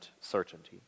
certainty